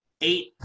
eight